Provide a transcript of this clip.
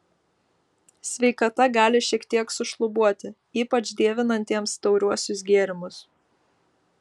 sveikata gali šiek tiek sušlubuoti ypač dievinantiems tauriuosius gėrimus